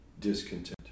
discontent